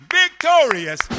victorious